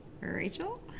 Rachel